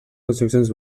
construccions